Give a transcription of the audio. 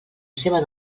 seva